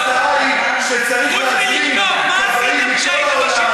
שהוספתי לך.